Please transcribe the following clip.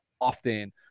often